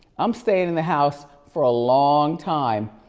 i'm staying in the house for a long time.